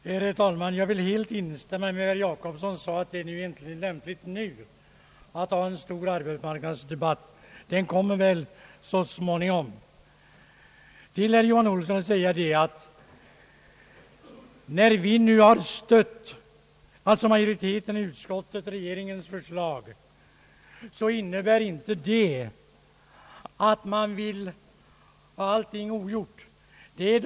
Herr talman! Jag vill helt instämma i vad herr Jacobsson sade om att det inte nu är lämpligt med en stor arbetsmarknadsdebatt. Den kommer väl så småningom. Till herr Johan Olsson vill jag säga att när majoriteten i utskottet stöder regeringens förslag innebär det inte att man motsätter sig alla höjningar.